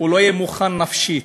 לא יהיה מוכן נפשית,